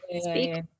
speak